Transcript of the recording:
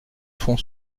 fond